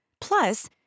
Plus